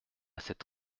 cette